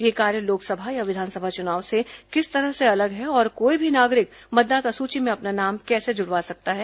यह कार्य लोकसभा या विधानसभा चुनाव से किस तरह से अलग है और कोई भी नागरिक मतदाता सूची में अपना नाम कैसे जुड़वा सकता है